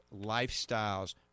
lifestyles